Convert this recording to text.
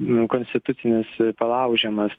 nu konstitucinis palaužiamas